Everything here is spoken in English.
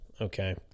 Okay